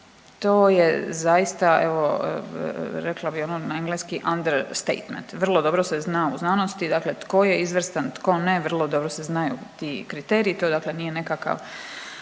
To je zaista evo rekla bi ono na engleski an their statement, vrlo dobro se zna u znanosti dakle tko je izvrstan, tko ne, vrlo dobro se znaju ti kriteriji to dakle nije nekakav